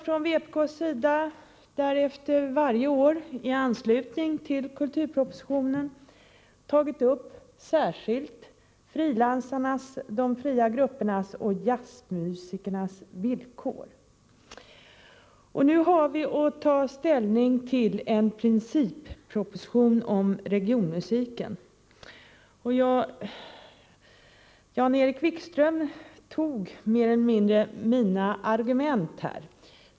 Från vpk:s sida har vi därefter varje år i anslutning till kulturpropositionen tagit upp särskilt frilansarnas, de fria gruppernas och jazzmusikernas villkor. Nu har vi att ta ställning till en principproposition om regionmusiken. Jan-Erik Wikström använde, mer eller mindre, mina argument.